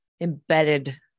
embedded